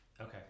Okay